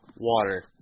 water